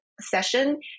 session